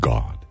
God